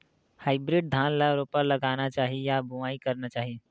Hybrid धान ल रोपा लगाना चाही या बोआई करना चाही?